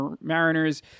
mariners